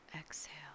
exhale